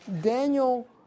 Daniel